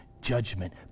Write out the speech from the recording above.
judgment